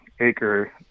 acre